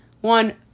one